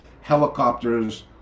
helicopters